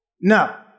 No